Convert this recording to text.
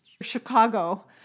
Chicago